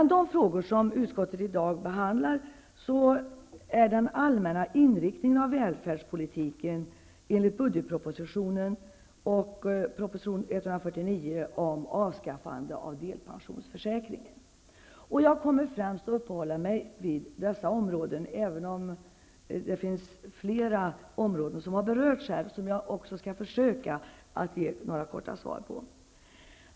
De frågor som utskottet i dag behandlar gäller den allmänna inriktningen av välfärdspolitiken enligt budgetpropositionen och proposition 149 om avskaffande av delpensionsförsäkringen m.m. Jag kommer främst att uppehålla mig vid frågor som berör här aktuella områden. Fler områden än dessa har förvisso berörts här, och jag skall försöka ge några korta svar.